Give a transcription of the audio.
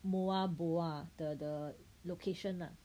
Moalboal the the location lah